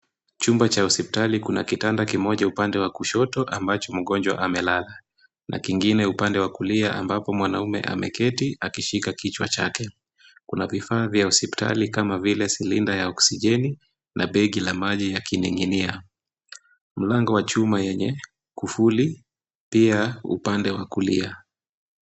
Chumba cha hospitali kuna kitanda kimoja upande wa kushoto ambacho mgonjwa amelala na kingine upande wa kulia ambapo mwanaume ameketi akishika kichwa chake. Kuna vifaa vya hospitali kama vile silinda ya oksijeni na begi la mali yakining'inia. Mlango wa chuma yenye kufuli pia upande wa kulia.